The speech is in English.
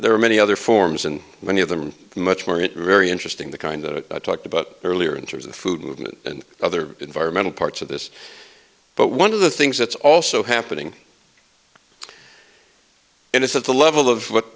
there are many other forms and many of them much more it very interesting the kind of talked about earlier in terms of food movement and other environmental parts of this but one of the things that's also happening and it's at the level of what